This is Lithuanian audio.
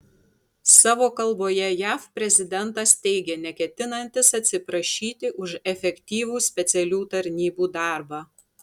savo kalboje jav prezidentas teigė neketinantis atsiprašyti už efektyvų specialių tarnybų darbą